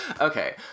okay